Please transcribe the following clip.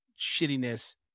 shittiness